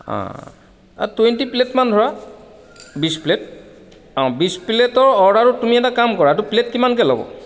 twenty প্লে'টমান ধৰা বিশ প্লে'ট অ' বিশ প্লে'টৰ অৰ্ডাৰটো তুমি এটা কাম কৰা এইটো প্লে'ট কিমানকৈ ল'ব